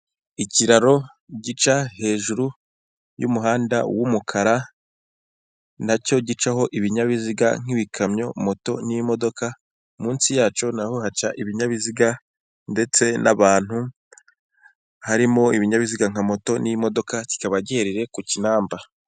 Ikiraro gica hejuru y'umuhanda w'umukara, na cyo gicaho ibinyabiziga; nk'ibikamyo, moto, n'imodoka, munsi yacyo na ho haca ibinyabiziga ndetse n'abantu, harimo ibinyabiziga nka moto n'imodoka, kikaba giherereye ku Kinamba.